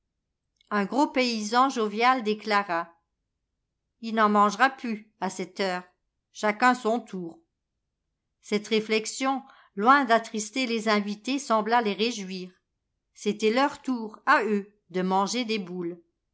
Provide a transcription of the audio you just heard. un gros paysan jovial déclara rn'en mangera pu à c't heure chacun son tour cette réflexion loin d'attrister les invités sembla les réjouir c'était leur tour à eux de manger des boules